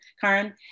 Karen